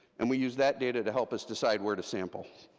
and we used that data to help us decide where to sample.